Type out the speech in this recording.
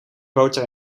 boter